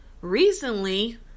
recently